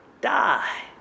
die